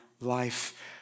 life